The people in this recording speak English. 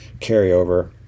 carryover